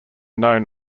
known